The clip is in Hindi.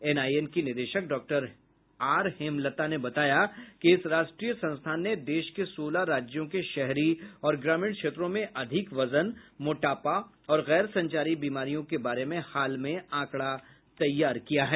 एनआईएन की निदेशक डॉ आर हेमलता ने बताया कि इस राष्ट्रीय संस्थान ने देश के सोलह राज्यों के शहरी और ग्रामीण क्षेत्रों में अधिक वजन मोटापा और गैर संचारी बीमारियों के बारे में हाल में आंकड़ा तैयार किया है